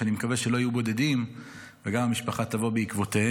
שאני מקווה שלא יהיו בודדים וגם המשפחה תבוא בעקבותיהם.